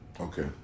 Okay